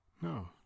No